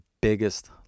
biggest